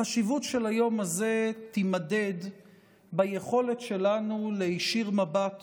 החשיבות של היום הזה תימדד ביכולת שלנו להישיר מבט